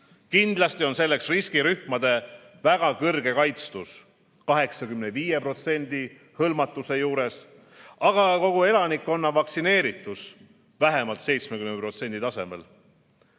Kindlasti on selleks riskirühmade väga kõrge kaitstus 85% hõlmatuse juures, aga ka kogu elanikkonna vaktsineeritus vähemalt 70%